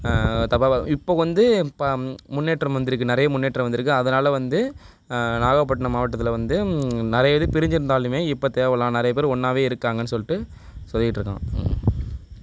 தப்பாக பா இப்போ வந்து இப்போ முன்னேற்றம் வந்து இருக்கு நிறைய முன்னேற்றம் வந்து இருக்கு அதனால வந்து நாகப்பட்டினம் மாவட்டத்தில் வந்து நிறைய இது பிரிஞ்சு இருந்தாலுமே இப்போ தேவலாம் நிறைய பேர் ஒன்னாவே இருக்காங்கன்னு சொல்லிட்டு சொல்லிகிட்டு இருக்கோம்